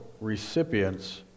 recipients